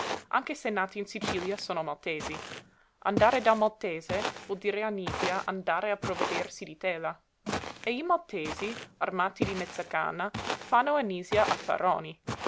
anche se nati in sicilia sono maltesi andare dal maltese vuol dire a nisia andare a provvedersi di tela e i maltesi armati di mezzacanna fanno a nisia affaroni